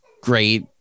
great